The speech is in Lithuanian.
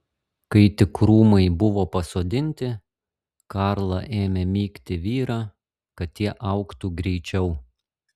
kai tik krūmai buvo pasodinti karla ėmė mygti vyrą kad tie augtų greičiau